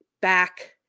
back